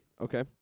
Okay